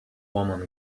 woman